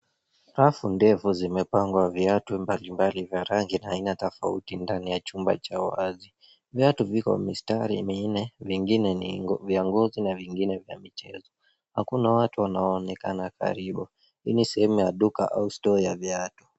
Rafu ndefu zimepangwa viatu mbalimbali za rangi na aina tofauti ndani ya chumba cha wazi. Viatu viko mistari minne, vingine ni vya ngozi na vingine vya michezo. Hakuna watu wanaoonekana karibu. Hii ni sehemu ya duka au stoo ya viatu.